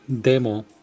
Demo